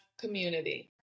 community